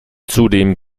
zudem